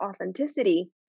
authenticity